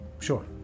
Sure